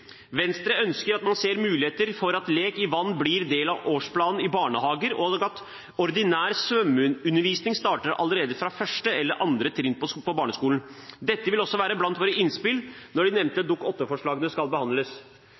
Venstre ønsker at man ser muligheter for at lek i vann blir del av årsplanen i barnehager, og at ordinær svømmeundervisning starter allerede fra 1. eller 2. trinn på barneskolen. Dette vil også være blant våre innspill når de nevnte Dokument 8-forslagene skal behandles.